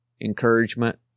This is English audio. encouragement